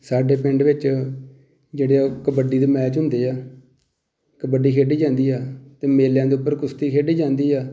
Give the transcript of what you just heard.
ਸਾਡੇ ਪਿੰਡ ਵਿੱਚ ਜਿਹੜੇ ਉਹ ਕਬੱਡੀ ਦੇ ਮੈਚ ਹੁੰਦੇ ਆ ਕਬੱਡੀ ਖੇਡੀ ਜਾਂਦੀ ਆ ਅਤੇ ਮੇਲਿਆਂ ਦੇ ਉੱਪਰ ਕੁਸ਼ਤੀ ਖੇਡੀ ਜਾਂਦੀ ਆ